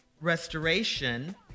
restoration